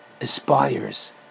aspires